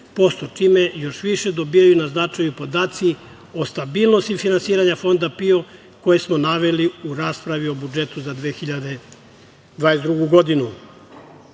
25% čime još više dobijaju na značaju podaci o stabilnosti finansiranja Fonda PIO koje smo naveli u raspravi o budžetu za 2022. godinu,